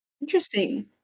interesting